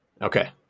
Okay